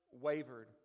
wavered